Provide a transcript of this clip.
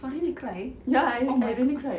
!wah! really cry oh my god